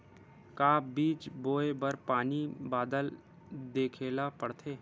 का बीज बोय बर पानी बादल देखेला पड़थे?